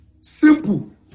simple